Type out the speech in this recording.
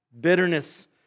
Bitterness